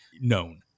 known